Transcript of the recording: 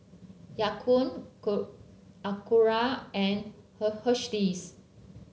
Ya Kun Acura and Hersheys